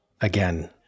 again